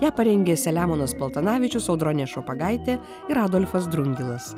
ją parengė selemonas paltanavičius audronė šopagaitė ir adolfas drungilas